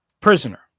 prisoner